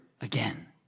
again